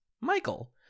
Michael